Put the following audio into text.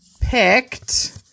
picked